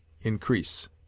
increase